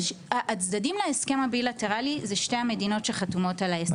הצדדים להסכם הבילטרלי הם שתי המדינות שחתומות על ההסכם.